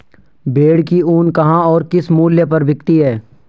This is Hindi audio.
भेड़ की ऊन कहाँ और किस मूल्य पर बिकती है?